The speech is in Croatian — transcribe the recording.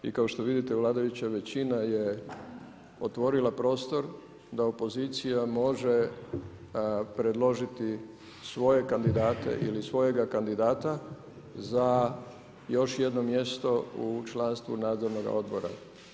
I kao što vidite vladajuća većina je otvorila prostor da opozicija može predložiti svoje kandidate ili svojega kandidata za još jedno mjesto u članstvu Nadzornoga odbora.